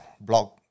block